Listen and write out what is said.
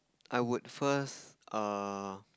I would first err